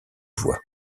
voie